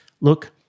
look